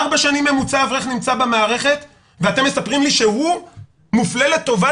ארבע שנים בממוצע אברך נמצא במערכת ואתם מספרים לי שהוא מופלה לטובה,